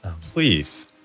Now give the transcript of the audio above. Please